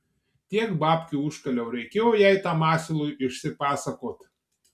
tiek babkių užkaliau reikėjo jai tam asilui išsipasakot